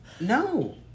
no